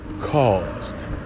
caused